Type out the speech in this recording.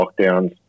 lockdowns